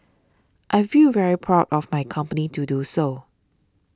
I feel very proud of my company to do so